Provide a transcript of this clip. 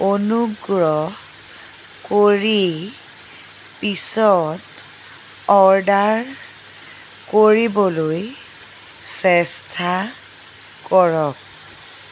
অনুগ্ৰহ কৰি পিছত অৰ্ডাৰ কৰিবলৈ চেষ্টা কৰক